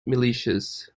militias